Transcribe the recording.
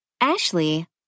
Ashley